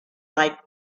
like